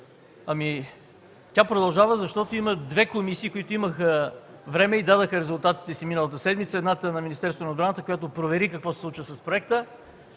Тя продължава, защото има две комисии, които имаха време и дадоха резултатите си миналата седмица. Едната е на Министерството на отбраната, която провери какво се случва с проекта,